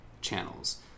channels